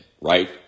right